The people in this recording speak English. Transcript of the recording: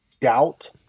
doubt